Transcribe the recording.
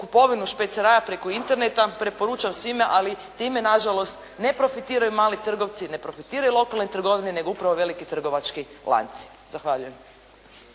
kupovinu špeceraja preko Interneta. Preporučam svima ali time nažalost ne profitiraju mali trgovci, ne profitiraju lokalne trgovine nego upravo veliki trgovački lanci. Zahvaljujem.